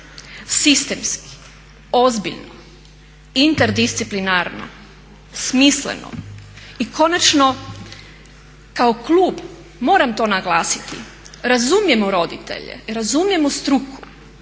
sistemski, ozbiljno, interdisciplinarno, smisleno. I konačno kao klub, moram to naglasiti razumijemo roditelje, razumijemo struku,